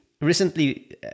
recently